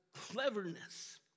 cleverness